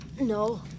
No